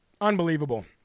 Unbelievable